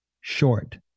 short